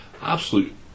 Absolute